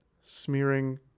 smearing